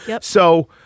So-